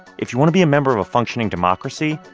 if you want to be a member of a functioning democracy,